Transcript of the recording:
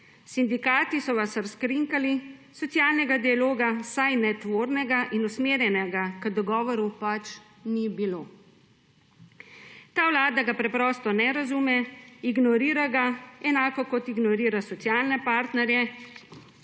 Sindikati so vas razkrinkali, socialnega dialoga, vsaj ne tvornega in usmerjenega k dogovoru, pač ni bilo. Ta Vlada ga preprosto ne razume, ignorira ga, enako kot ignorira socialne partnerje,